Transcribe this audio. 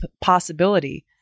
possibility